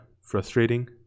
frustrating